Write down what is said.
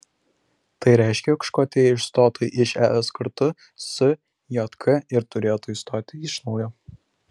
tai reiškia jog škotija išstotų iš es kartu su jk ir turėtų įstoti iš naujo